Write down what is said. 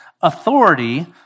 authority